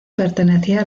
pertenecía